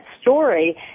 story